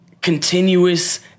continuous